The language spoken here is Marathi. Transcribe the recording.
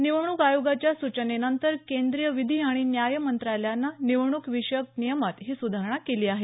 निवडणूक आयोगाच्या सूचनेनंतर केंद्रीय विधी आणि न्याय मंत्रालयानं निवडणूक विषयक नियमात ही सुधारणा केली आहे